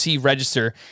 Register